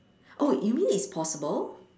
oh you mean it's possible